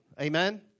Amen